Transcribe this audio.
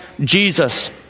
Jesus